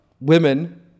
women